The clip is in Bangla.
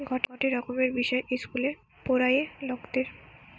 গটে রকমের বিষয় ইস্কুলে পোড়ায়ে লকদের